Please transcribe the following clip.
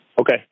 Okay